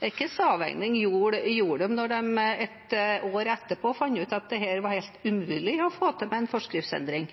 Hva slags avveininger gjorde de, da de ett år etterpå fant ut at det var helt umulig å få til med en forskriftsendring?